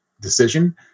decision